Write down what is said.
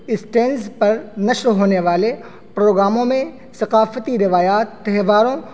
اسٹینز پر نشر ہونے والے پروگراموں میں ثقافتی روایات تہواروں